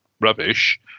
rubbish